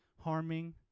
harming